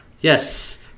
Yes